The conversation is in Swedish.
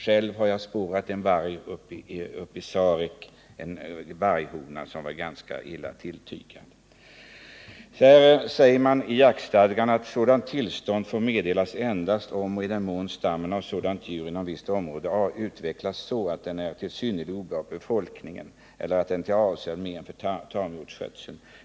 Själv har jag spårat en varg uppe i Sarek, en hona som var ganska illa tilltygad. I jaktstadgan sägs: ”Sådant tillstånd får meddelas endast om och i den mån stammen av sådant djur inom visst område utvecklats så, att den är till synnerligt obehag för befolkningen eller är till avsevärt men för tamdjursskötseln.